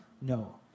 No